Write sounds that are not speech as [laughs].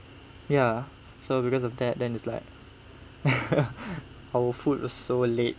ya so because of that then is like [laughs] our food was so late